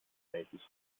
verhältnis